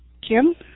Kim